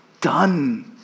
done